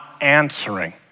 answering